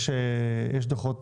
יש דוחות